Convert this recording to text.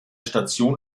station